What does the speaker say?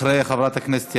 אחרי חברת הכנסת,